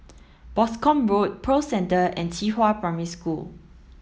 Boscombe Road Pearl Centre and Qihua Primary School